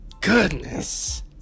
goodness